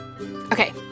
Okay